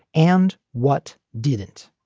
and what didn't.